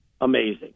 amazing